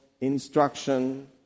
instruction